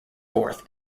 fourth